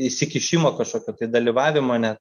įsikišimo kažkokio dalyvavimo net